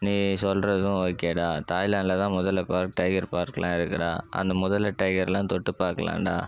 நீ சொல்கிறதும் ஓகேடா தாய்லாந்தில் மொதலை பார்க் டைகர் பார்க்குலாம் இருக்குதுடா அந்த மொதலை டைகர்லாம் தொட்டுப் பார்க்கலான்டா